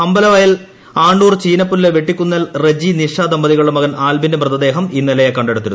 അമ്പലവയൽ ആണ്ടൂർ ചീനപ്പുല്ല് വെട്ടിക്കുന്നേൽ റെജി നിഷ ദമ്പതികളുടെ മകൻ ആൽബിന്റെ മൃതദേഹം ഇന്നലെ കണ്ടെടുത്തു